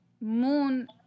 Moon